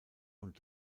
und